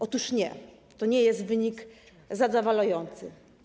Otóż nie, to nie jest wynik zadowalający.